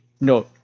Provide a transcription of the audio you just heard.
no